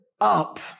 up